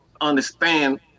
Understand